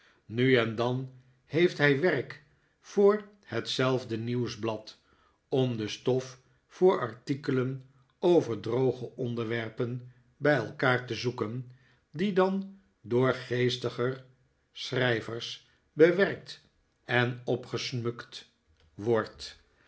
nu en dan heeft hij werk voor hetzelfde nieuwsblad om de stof voor artikelen over droge onderwerpen bij elkaar te zoeken die dan door geestiger schrijvers bewerkt en opgesmukt wordt